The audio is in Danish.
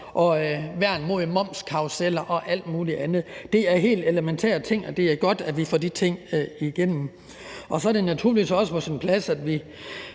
og værn mod momskarruseller og alt muligt andet. Det er helt elementære ting, og det er godt, at vi får de ting igennem. Så er det naturligvis også på sin plads, at vi